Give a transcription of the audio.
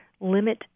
limit